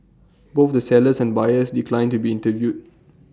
both the sellers and buyers declined to be interviewed